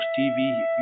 TV